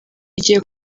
igiye